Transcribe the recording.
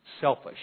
Selfish